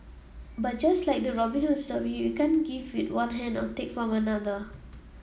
but just like the Robin Hood story you can't give with one hand and take from another